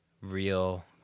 real